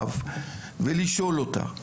ו' ולשאול אותה,